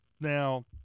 now